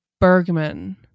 Bergman